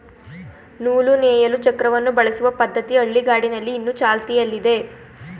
ನೂಲು ನೇಯಲು ಚಕ್ರವನ್ನು ಬಳಸುವ ಪದ್ಧತಿ ಹಳ್ಳಿಗಾಡಿನಲ್ಲಿ ಇನ್ನು ಚಾಲ್ತಿಯಲ್ಲಿದೆ